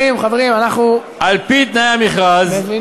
על-פי תנאי המכרז,